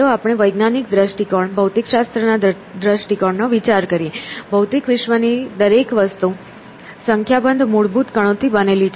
ચાલો આપણે વૈજ્ઞાનિક દ્રષ્ટિકોણ ભૌતિકશાસ્ત્રના દ્રષ્ટિકોણ નો વિચાર કરીએ ભૌતિક વિશ્વની દરેક વસ્તુ સંખ્યાબંધ મૂળભૂત કણોથી બનેલી છે